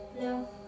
No